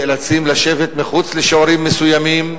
נאלצים לשבת מחוץ לשיעורים מסוימים.